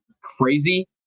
crazy